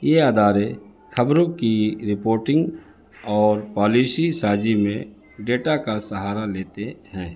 یہ ادارے خبروں کی رپورٹنگ اور پالیسیی سازی میں ڈیٹا کا سہارا لیتے ہیں